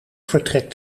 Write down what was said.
vertrek